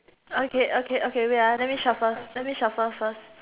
okay okay okay wait ah let me shuffle let me shuffle first